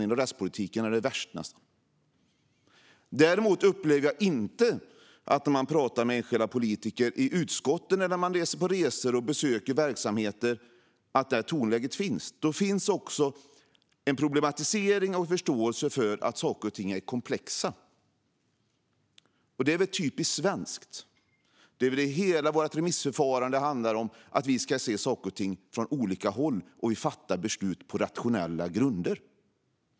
Inom rättspolitiken är det nästan värst. Jag upplever däremot inte att detta tonläge finns när man talar med enskilda politiker i utskott eller när man är ute på resor och besöker verksamheter. Då finns i stället en problematisering och förståelse för att saker och ting är komplexa. Detta är kanske typiskt svenskt. Hela vårt remissförfarande handlar om att vi ska se förhållanden utifrån olika håll, och vi fattar beslut på rationella grunder.